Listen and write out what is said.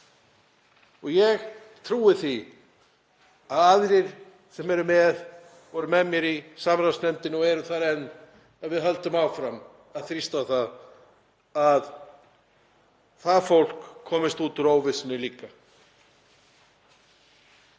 og ég trúi því að aðrir sem voru með mér í samráðsnefndinni og eru þar enn haldi áfram að þrýsta á að það fólk komist út úr óvissunni líka.